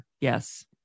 Yes